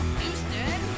Houston